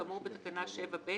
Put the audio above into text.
כאמור בתקנה 7(ב),